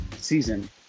season